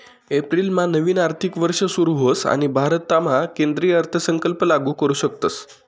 एप्रिलमा नवीन आर्थिक वर्ष सुरू होस आणि भारतामा केंद्रीय अर्थसंकल्प लागू करू शकतस